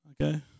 Okay